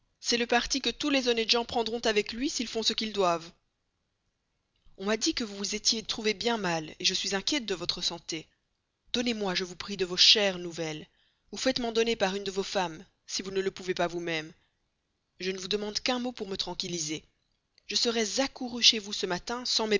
c'est le parti que tous les honnêtes gens prendront vis-à-vis de lui s'ils font ce qu'ils doivent on m'a dit que vous vous étiez trouvée bien mal je suis inquiète de votre santé donnez-moi je vous prie de vos chères nouvelles ou faites men donner par une de vos femmes si vous ne le pouvez pas vous-même je ne vous demande qu'un mot pour me tranquilliser je serais accourue chez vous ce matin